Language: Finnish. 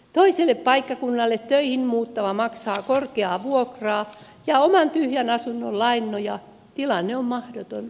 toiselle paikkakunnalle töihin muuttava maksaa korkeaa vuokraa ja oman tyhjän asunnon lainoja tilanne on mahdoton